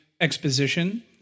exposition